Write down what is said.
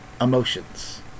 Emotions